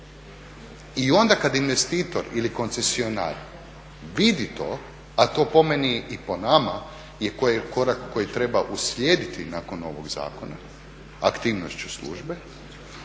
I onda kad investitor ili koncesionar vidi to, a to po meni i po nama je korak koji treba uslijediti nakon ovog zakona aktivnošću službe,